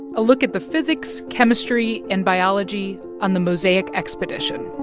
a look at the physics, chemistry and biology on the mosaic expedition